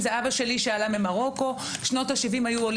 כשפנו אלינו, אמרנו: עזבו עידוד עלייה כרגע.